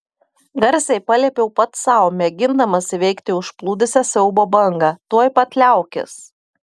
garsiai paliepiau pats sau mėgindamas įveikti užplūdusią siaubo bangą tuoj pat liaukis